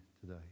today